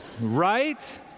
Right